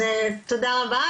אז תודה רבה.